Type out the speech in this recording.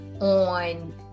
on